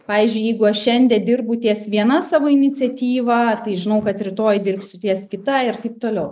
pavyzdžiui jeigu aš šiandien dirbu ties viena savo iniciatyva tai žinau kad rytoj dirbsiu ties kita ir taip toliau